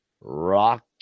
rock